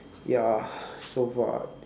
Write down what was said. ya so far